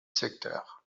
secteur